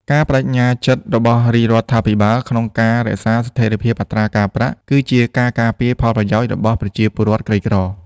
ការប្តេជ្ញាចិត្តរបស់រាជរដ្ឋាភិបាលក្នុងការរក្សាស្ថិរភាពអត្រាការប្រាក់ គឺជាការការពារផលប្រយោជន៍របស់ប្រជាពលរដ្ឋក្រីក្រ។